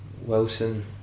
Wilson